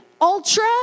Ultra